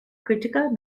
critical